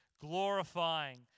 glorifying